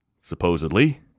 supposedly